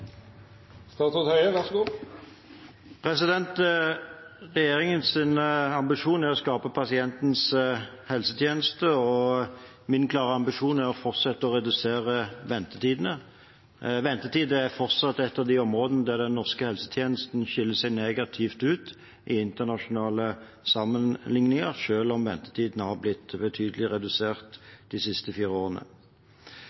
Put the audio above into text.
å skape pasientens helsetjeneste, og min klare ambisjon er å fortsette å redusere ventetidene. Ventetid er fortsatt et av de områdene der den norske helsetjenesten skiller seg negativt ut i internasjonale sammenligninger, selv om ventetiden er blitt betydelig redusert